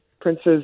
Prince's